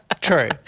true